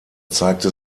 zeigte